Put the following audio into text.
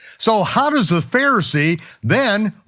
so how does a pharisee then